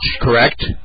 correct